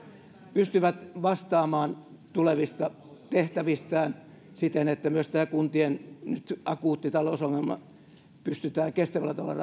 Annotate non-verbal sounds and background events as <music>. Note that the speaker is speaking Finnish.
pysyvät vastaamaan tulevista tehtävistään siten että myös tämä kuntien nyt akuutti talousongelma pystytään kestävällä tavalla <unintelligible>